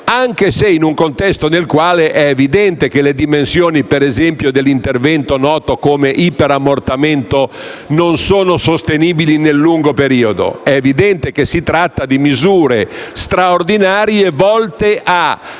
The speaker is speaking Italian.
anche se in un contesto nel quale è evidente che le dimensioni, per esempio, dell'intervento noto come iperammortamento non sono sostenibili nel lungo periodo. È evidente che si tratta di misure straordinarie, volte a